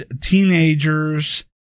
teenagers